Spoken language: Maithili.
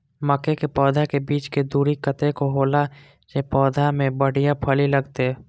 मके के पौधा के बीच के दूरी कतेक होला से पौधा में बढ़िया फली लगते?